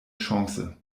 chance